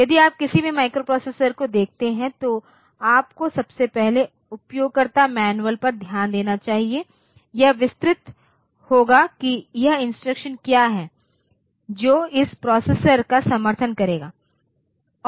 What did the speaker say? यदि आप किसी भी माइक्रोप्रोसेसर को देखते हैं तो आपको सबसे पहले उपयोगकर्ता मैनुअल पर ध्यान देना चाहिए यह विस्तृत होगा कि यह इंस्ट्रक्शन क्या हैं जो इस प्रोसेसर का समर्थन करेंगे